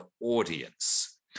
audience